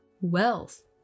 wealth